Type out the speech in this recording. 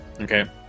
okay